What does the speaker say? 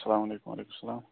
اَسلام علیکُم وعلیکُم سلام